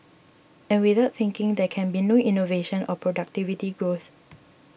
and without thinking there can be no innovation or productivity growth